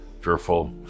fearful